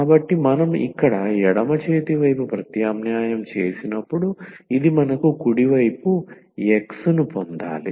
కాబట్టి మనం ఇక్కడ ఎడమ చేతి వైపు ప్రత్యామ్నాయం చేసినప్పుడు ఇది మనకు కుడి వైపు X ను పొందాలి